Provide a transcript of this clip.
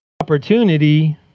opportunity